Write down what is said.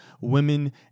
women